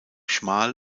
schmal